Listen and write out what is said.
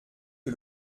que